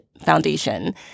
Foundation